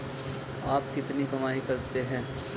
आप कितनी कमाई करते हैं?